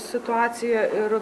situacija ir